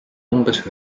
umbes